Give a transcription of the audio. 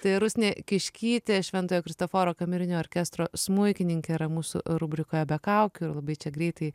tai rusnė kiškytė šventojo kristoforo kamerinio orkestro smuikininkė yra mūsų rubrikoje be kaukių ir labai čia greitai